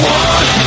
one